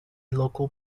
local